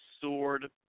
sword